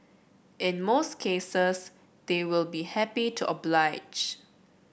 in most cases they will be happy to oblige